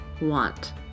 want